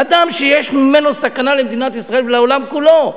אדם שיש ממנו סכנה למדינת ישראל ולעולם כולו.